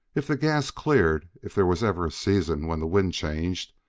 if the gas cleared, if there was ever a season when the wind changed,